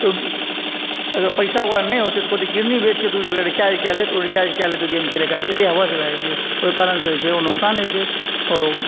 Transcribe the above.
तऽ अगर पैसा ओकरा नहि ओतऽ तऽ कहतै किडनी बेच कऽ रिचार्ज कय लेत ओ गेम खेलै के खातिर एते हवस भए जाइ छै ओहि कारणसँ जे छै से नुकसान होइ छै आओर ओ